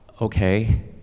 okay